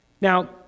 Now